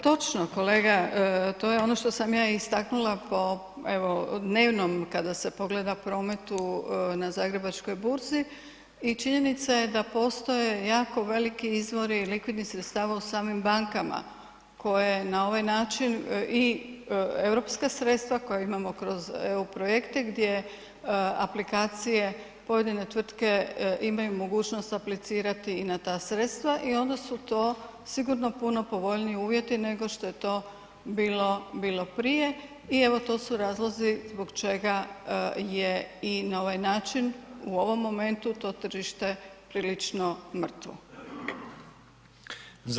točno kolega, to je ono što sam ja istaknula po, evo dnevnom kada se pogleda prometu na zagrebačkoj burzi i činjenica je da postoje jako veliki izvori likvidnih sredstava u samim bankama koje na ovaj način i europska sredstva koja imamo kroz EU projekte gdje aplikacije pojedine tvrtke imaju mogućnost aplicirati i na ta sredstva i onda su to sigurno puno povoljniji uvjeti nego što je to bilo, bilo prije i evo to su razlozi zbog čega je i na ovaj način u ovom momentu to tržište prilično mrtvo.